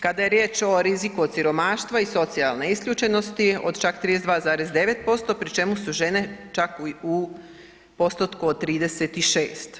Kada je riječ o riziku od siromaštva i socijalne isključenosti od čak 32,9% pri čemu su žene čak u postotku od 36.